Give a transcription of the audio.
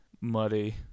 muddy